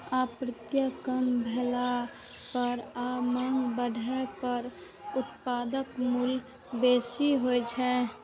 आपूर्ति कम भेला पर आ मांग बढ़ै पर उत्पादक मूल्य बेसी होइ छै